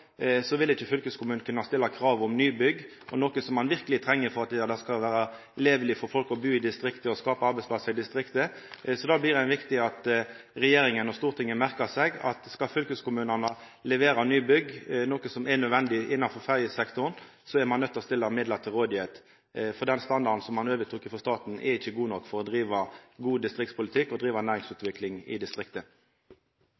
fylkeskommunen kunna stilla krav om nybygg – og det er noko ein verkeleg treng for at det skal vera leveleg for folk å bu i distriktet og skapa arbeidsplassar i distriktet. Så det er viktig at regjeringa og Stortinget merkar seg at skal fylkeskommunane kunna levera nybygg – noko som er nødvendig innanfor ferjesektoren – er ein nøydd til å stilla midlar til rådigheit. For den standarden som ein overtok frå staten, er ikkje god nok for å driva god distriktspolitikk og driva